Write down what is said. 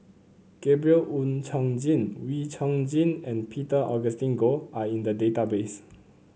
Gabriel Oon Chong Jin Wee Chong Jin and Peter Augustine Goh are in the database